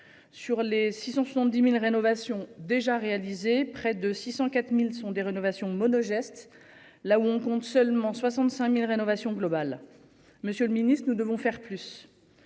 Sur les 670.000 rénovations déjà réalisé près de 604.000 sont des rénovations mono gestes là où on compte seulement 65.000 rénovation globale, Monsieur le Ministre, nous devons faire plus.